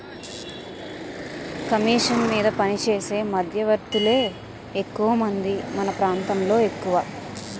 commission మీద పనిచేసే మధ్యవర్తులే ఎక్కువమంది మన ప్రాంతంలో ఎక్కువ